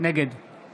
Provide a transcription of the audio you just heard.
נגד